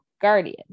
Guardian